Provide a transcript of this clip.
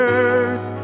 earth